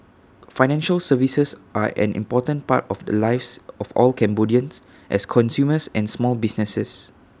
financial services are an important part of the lives of all Cambodians as consumers and small businesses